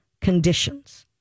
Conditions